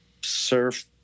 surf